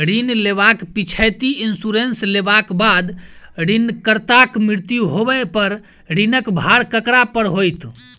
ऋण लेबाक पिछैती इन्सुरेंस लेबाक बाद ऋणकर्ताक मृत्यु होबय पर ऋणक भार ककरा पर होइत?